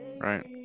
Right